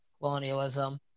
colonialism